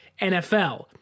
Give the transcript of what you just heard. NFL